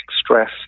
stress